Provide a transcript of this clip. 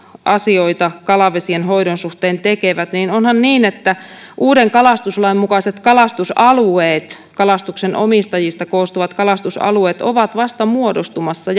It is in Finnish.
asioita kalavesien hoidon suhteen tekevät niin onhan niin että uuden kalastuslain mukaiset kalastusalueet kalastuksen omistajista koostuvat kalastusalueet ovat vasta muodostumassa